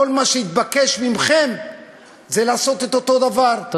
כל מה שהתבקש מכם זה לעשות את אותו דבר,